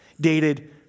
dated